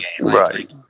Right